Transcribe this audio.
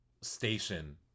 station